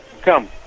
Come